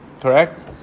Correct